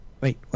Wait